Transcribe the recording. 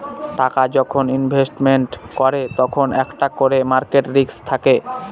টাকা যখন ইনভেস্টমেন্ট করে তখন একটা করে মার্কেট রিস্ক থাকে